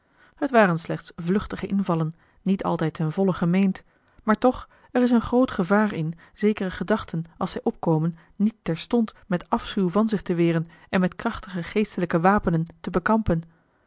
het waren slechts vluchtige invallen niet altijd ten volle gemeend maar toch er is een groot gevaar in zekere gedachten als zij opkomen niet terstond met afschuw van zich te weren en met krachtige geestelijke wapenen te bekampen